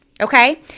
okay